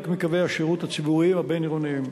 מקווי השירות הציבוריים הבין-עירוניים.